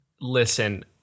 Listen